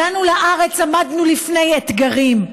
הגענו לארץ, עמדנו לפני אתגרים,